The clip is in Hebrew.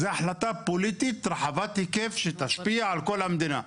זה החלטה פוליטית רחבת היקף שתשפיע על כל המדינה.